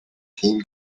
хийнэ